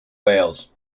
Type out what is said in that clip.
wales